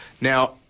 Now